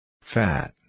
Fat